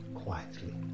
quietly